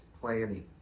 planning